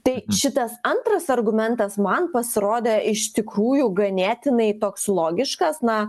tai šitas antras argumentas man pasirodė iš tikrųjų ganėtinai toks logiškas na